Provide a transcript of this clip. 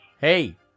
Hey